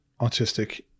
autistic